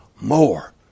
more